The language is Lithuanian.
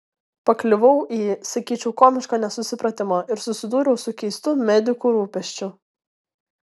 pakliuvau į sakyčiau komišką nesusipratimą ir susidūriau su keistu medikų rūpesčiu